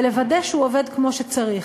ולוודא שהוא עובד כמו שצריך.